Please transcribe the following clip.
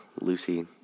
Lucy